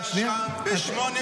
אני חבר ועדה שם.